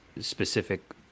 specific